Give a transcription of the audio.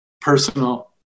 Personal